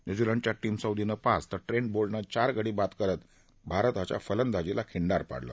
न्युझीलंडच्या टीम सौदीनं पाच तर ट्रेंट बोल्टनं चार गडी बाद करत भारताच्या फलंदाजीला खिंडार पाडलं